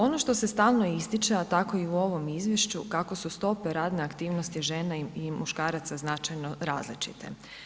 Ono što se stalno ističe, a tako i u ovom Izvješću kako su stope radne aktivnosti žena i muškaraca značajno različite.